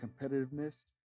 competitiveness